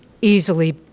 easily